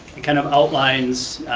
it kind of outlines